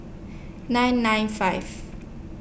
nine nine five